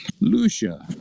Lucia